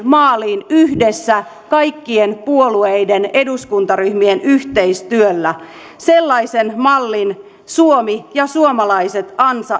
maaliin yhdessä kaikkien puolueiden eduskuntaryhmien yhteistyöllä sellaisen mallin suomi ja suomalaiset